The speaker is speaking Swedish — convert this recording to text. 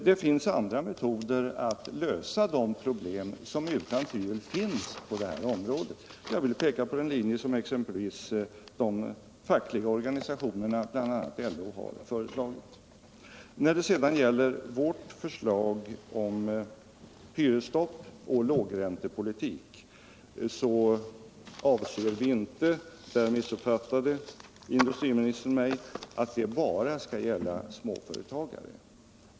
Det finns andra metoder att lösa de problem man utan tvivel har på detta område. Jag vill peka på den linje som exempelvis de fackliga organisationerna, bl.a. LO, har föreslagit. När det sedan gäller vårt förslag om hyresstopp och lågräntepolitik så avser vi inte — där missuppfattade industriministern mig — att det bara skall gälla småföretagare.